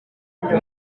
ibyo